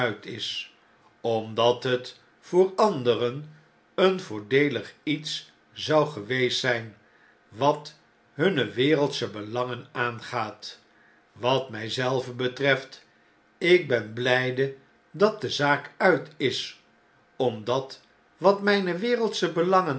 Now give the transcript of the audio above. is omdat het voor anderen een voordeelig iets zou geweest zijn wat hunne wereldsche belangen aangaat wat mjj zelven betreft ik ben bljjde dat de zaak uit is omdat wat m jj n e wereldsche belangen